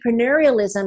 entrepreneurialism